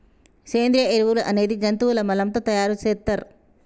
సేంద్రియ ఎరువులు అనేది జంతువుల మలం తో తయార్ సేత్తర్